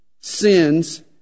sins